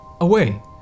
away